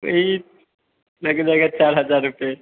वही लग जाएगा चार हज़ार रुपये